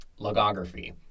logography